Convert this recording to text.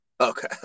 Okay